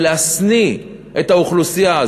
ולהשניא את האוכלוסייה,